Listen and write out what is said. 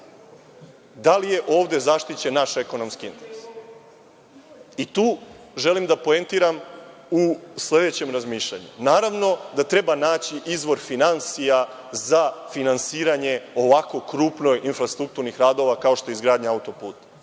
Da li je ovde zaštićen naš ekonomski interes? Tu želim da poentiram u sledećem razmišljanju. Naravno, da treba naći izvor finansija za finansiranje ovakvih krupnih infrastrukturnih radova, kao što je izgradnja autoputa.